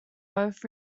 both